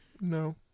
No